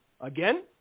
Again